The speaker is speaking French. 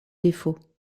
défauts